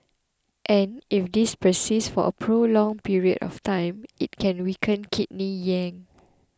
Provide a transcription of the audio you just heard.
and if this persists for a prolonged period of time it can weaken kidney yang